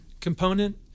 component